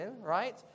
right